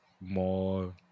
more